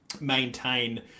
maintain